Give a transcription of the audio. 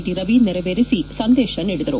T Ravi ನೆರವೇರಿಸಿ ಸಂದೇಶ ನೀಡಿದರು